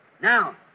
Now